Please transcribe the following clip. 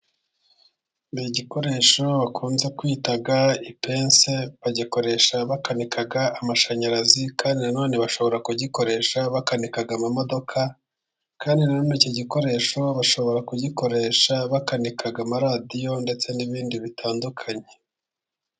Ni igikoresho bakunze kwita ipense, bagikoresha bakanika amashanyarazi, kandi nanone bashobora kugikoresha bakanika amamodoka, kandi nanone iki gikoresho bashobora kugikoresha bakanika amaradiyo, ndetse n'ibindi bitandukanye.